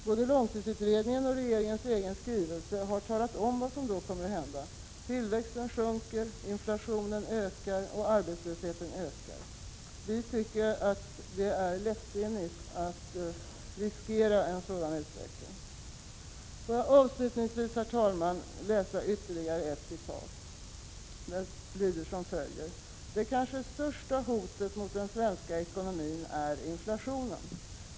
Både långtidsutredningen och regeringens egen skrivelse har talat om vad som då kommer att hända: tillväxten sjunker, inflationen ökar och arbetslösheten ökar. Vi tycker att det är lättsinnigt att riskera en sådan utveckling. Herr talman! Låt mig avslutningsvis läsa ytterligare ett citat: ”Det kanske största hotet mot den svenska ekonomin är inflationen.